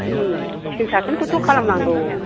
सिखोन साखोनखौथ' खालामनांगौ